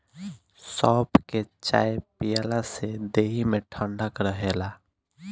सौंफ के चाय पियला से देहि में ठंडक रहेला